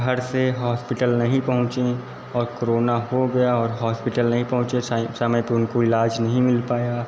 घर से हॉस्पिटल नहीं पहुंचे और क्रोना हो गया और हॉस्पिटल नहीं पहुंचे साईं समय पे उनको इलाज नहीं मिल पाया